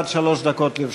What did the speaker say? עד שלוש דקות לרשותך.